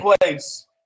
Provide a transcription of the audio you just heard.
place